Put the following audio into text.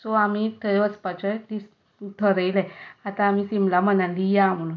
so आमी थंय वचपाचें थरयलें आतां आमी शिमला मनाली या म्हूण